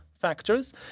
factors